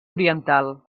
oriental